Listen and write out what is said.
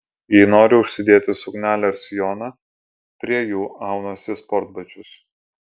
jei noriu užsidėti suknelę ar sijoną prie jų aunuosi sportbačius